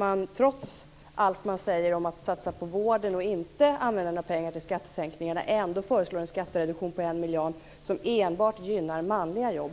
man, trots allt man säger om att satsa på vården och om att inte använda några pengar till skattesänkningar, motiverar att man ändå föreslår en skattereduktion på 1 miljard som enbart gynnar manliga jobb.